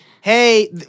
hey